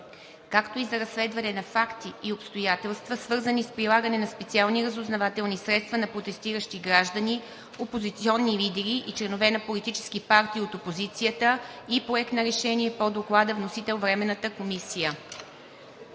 както и за разследване на факти и обстоятелства, свързани с прилагане на специални разузнавателни средства на протестиращи граждани, опозиционни лидери и членове на политически партии от опозицията, и Проект на решение по Доклада. Вносител – Временната комисия,